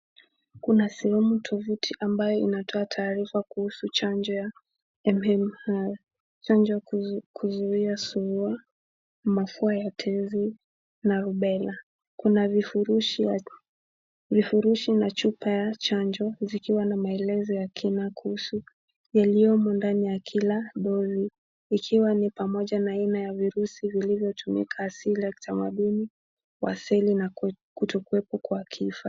Kuna sehemu tovuti ambayo inatoa taarifa kuhusu chanjo ya maneno haya. Chanjo ya kuzuia surua, mafua ya tenzi na rubela. Kuna vifurushi hapo, vifurushi na chupa ya chanjo vikiwa na maelezo ya kina kuhusu yaliyomo ndani ya kila dozi. Ikiwa ni pamoja na aina ya virusi vilivyotumika asili ya kitamaduni wa seli na kutokuwepo kwa kifaa.